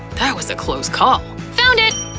that was a close call. found it!